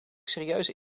serieuze